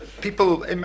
people